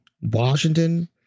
Washington